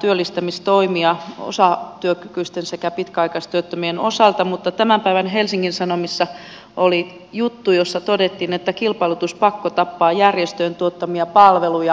työllistämistoimia osatyökykyisten sekä pitkäaikaistyöttömien osalta mutta tämän päivän helsingin sanomissa oli juttu jossa todettiin että kilpailutuspakko tappaa järjestöjen tuottamia palveluja